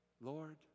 Lord